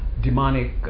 demonic